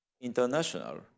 international